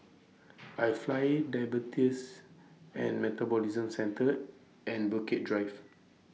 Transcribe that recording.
IFly Diabetes and Metabolism Centre and Bukit Drive